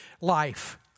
life